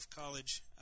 college